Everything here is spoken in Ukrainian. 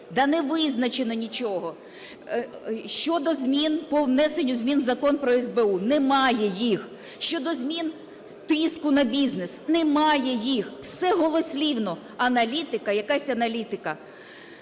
не визначено нічого. Щодо змін по внесенню змін в Закон про СБУ – немає їх. Щодо змін тиску на бізнес – немає їх. Все голослівно, аналітика, якась аналітика.